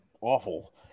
awful